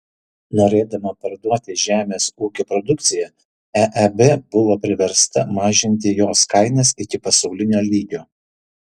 norėdama parduoti žemės ūkio produkciją eeb buvo priversta mažinti jos kainas iki pasaulinio lygio